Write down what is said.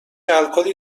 الکلی